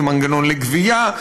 ומנגנון לגבייה,